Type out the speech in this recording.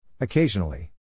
Occasionally